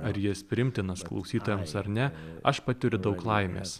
ar jis priimtinas klausytojams ar ne aš patiriu daug laimės